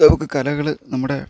നമുക്ക് കലകൾ നമ്മുടെ